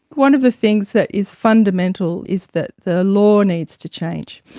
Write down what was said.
one of the things that is fundamental is that the law needs to change.